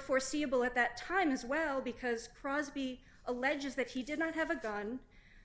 foreseeable at that time as well because crosbie alleges that he did not have a gun